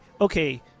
okay